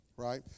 right